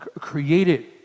created